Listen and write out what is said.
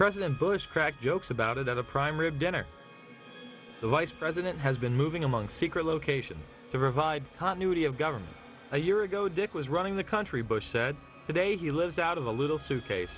president bush cracked jokes about it at a prime rib dinner the vice president has been moving among secret locations the revived continuity of government a year ago dick was running the country bush said today he lives out of a little suitcase